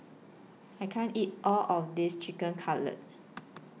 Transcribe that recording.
I can't eat All of This Chicken Cutlet